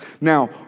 Now